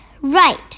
Right